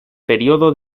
periodo